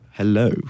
Hello